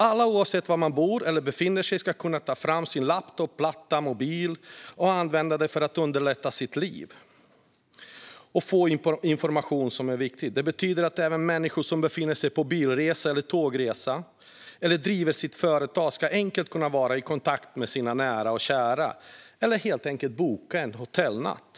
Alla, oavsett var man bor eller befinner sig, ska kunna ta fram sin laptop, platta eller mobil och använda den för att underlätta sitt liv och få information som är viktig. Det betyder att även människor som befinner sig på en bil eller tågresa eller driver sitt företag enkelt ska kunna hålla kontakt med sina nära och kära eller enkelt kunna boka en hotellnatt.